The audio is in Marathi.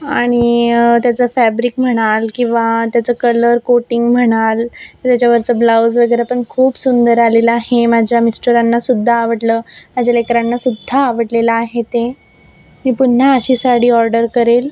आणि त्याचं फॅब्रिक म्हणाल किंवा त्याचं कलर कोटींग म्हणाल त्याच्यावरचं ब्लाऊज वगैरे पण खूप सुंदर आलेलं आहे माझ्या मिस्टरांना सुद्धा आवडलं माझ्या लेकरांना सुद्धा आवडलेलं आहे ते मी पुन्हा अशी साडी ऑर्डर करेल